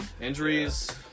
injuries